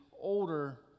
Older